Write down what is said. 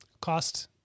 cost-